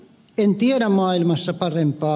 en tiedä maailmassa parempaa